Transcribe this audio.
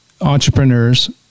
entrepreneurs